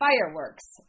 fireworks